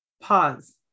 Pause